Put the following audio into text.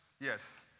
Yes